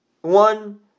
One